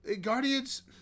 Guardians